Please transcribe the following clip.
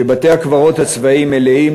שבתי-הקברות הצבאיים מלאים,